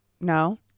No